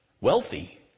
wealthy